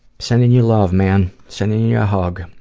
sending you love man. sending you a hug.